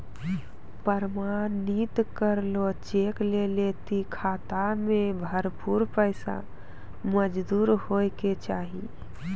प्रमाणित करलो चेक लै लेली खाता मे भरपूर पैसा मौजूद होय के चाहि